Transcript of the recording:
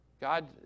God